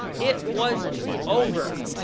it was over.